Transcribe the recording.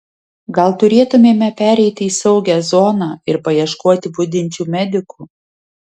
gal turėtumėme pereiti į saugią zoną ir paieškoti budinčių medikų